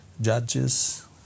judges